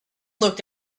looked